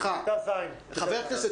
דורות בראשון